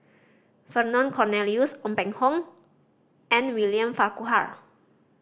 Vernon Cornelius Ong Peng Hock and William Farquhar